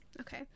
okay